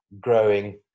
growing